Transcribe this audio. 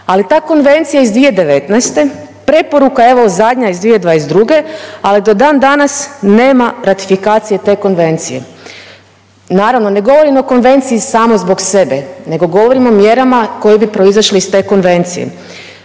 Ali ta konvencija iz 2019. preporuka evo zadnja iz 2022. ali do dan danas nema ratifikacije te konvencije. Naravno ne govorim o Konvenciji samoj zbog sebe, nego govorim o mjerama koje bi proizašle iz te konvencije.